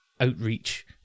outreach